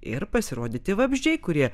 ir pasirodyti vabzdžiai kurie